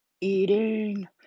eating